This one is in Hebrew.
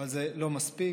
אבל זה לא מספיק.